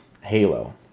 Halo